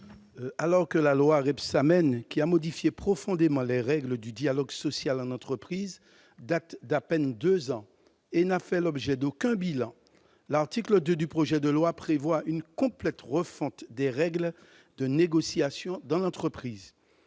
Alors que la loi Rebsamen, qui a modifié profondément les règles du dialogue social en entreprise, date d'à peine deux ans et n'a fait l'objet d'aucun bilan, l'article 2 du projet de loi prévoit une complète refonte des règles de négociation dans l'entreprise.